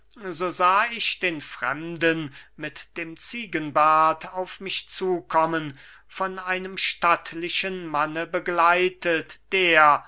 so sah ich den fremden mit dem ziegenbart auf mich zukommen von einem stattlichen manne begleitet der